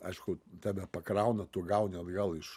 aišku tave pakrauna tu gauni atgal iš